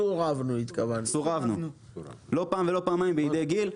סורבנו לא פעם ולא פעמיים בידי גיל.